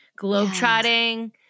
globetrotting